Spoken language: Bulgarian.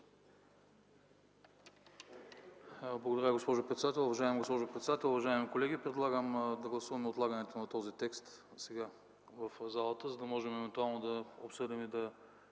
Благодаря, госпожо председател. Уважаема госпожо председател, уважаеми колеги! Предлагам да гласуваме отлагането на този текст сега в пленарната зала, за да може евентуално да обсъдим и да